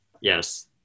Yes